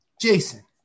jason